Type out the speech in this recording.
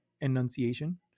enunciation